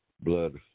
blood